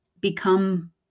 become